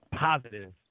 Positive